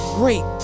great